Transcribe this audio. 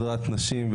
הדרת נשים,